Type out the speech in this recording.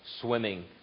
swimming